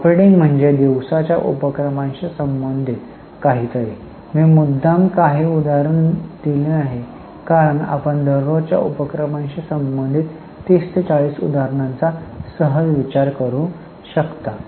operating म्हणजे दिवसाच्या उपक्रमांशी संबंधित काहीतरी मी मुद्दाम काही उदाहरण दिले नाही कारण आपण दररोजच्या उपक्रमांशी संबंधित 30 40 उदाहरणांचा सहज विचार करू शकता